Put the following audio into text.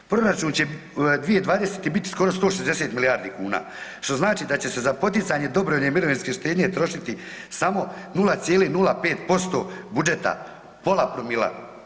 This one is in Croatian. Proračun će 2020. biti skoro 160 milijardi kuna, što znači da će se za poticanje dobrovoljne mirovinske štednje trošiti samo 0,05% budžeta, pola promila.